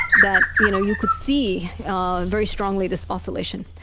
that you know you could see very strongly this oscillation.